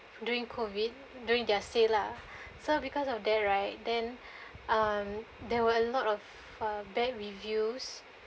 during COVID during their sale lah so because of that right then (um)there were a lot of uh bad reviews